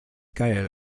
geil